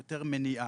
יותר מניעה.